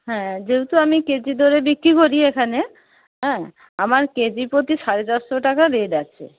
হ্যাঁ যেহেতু আমি কেজি দরে বিক্রি করি এখানে হ্যাঁ আমার কেজি প্রতি সাড়ে চারশো টাকা রেট আছে